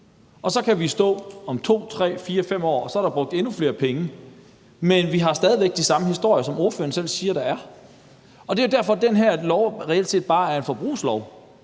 Og så kan vi stå om 2-3-4-5 år, og så er der brugt endnu flere penge, men vi har stadig væk de samme historier, som ordføreren selv siger der er. Og det er derfor, at den her lov reelt set bare er en forbrugslov,